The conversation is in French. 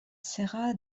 serra